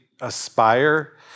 aspire